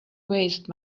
waste